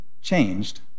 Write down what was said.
changed